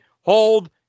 hold